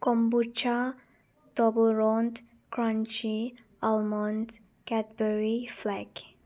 kombucha Toblerone crunchy almond Cadbury flacks